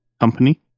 company